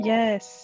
Yes